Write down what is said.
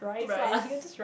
rice